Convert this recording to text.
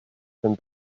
dem